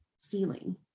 feeling